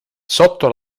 sotto